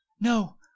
No